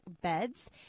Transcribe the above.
beds